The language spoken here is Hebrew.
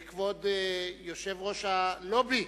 כבוד יושב-ראש הלובי,